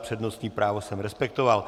Přednostní právo jsem respektoval.